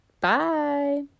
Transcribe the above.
Bye